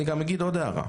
אני אגיד עוד הערה,